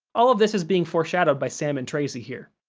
all of this is being foreshadowed by sam and tracy here.